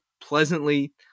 pleasantly